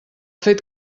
fet